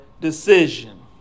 decision